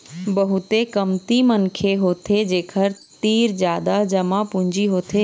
बहुते कमती मनखे होथे जेखर तीर जादा जमा पूंजी होथे